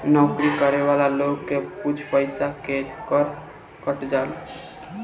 नौकरी करे वाला लोग के कुछ पइसा के कर कट जाला